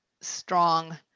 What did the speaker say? strong